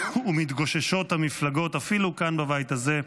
ומתגוששות המפלגות, אפילו כאן בבית הזה,